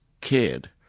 kid